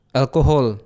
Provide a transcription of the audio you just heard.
alcohol